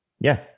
Yes